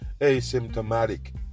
Asymptomatic